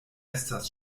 estas